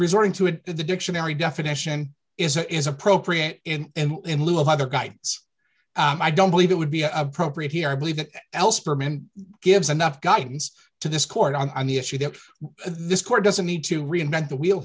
resorting to it in the dictionary definition is a is appropriate in and in lieu of other guidance i don't believe it would be appropriate here i believe it else gives enough guidance to this court on the issue that this court doesn't need to reinvent the wheel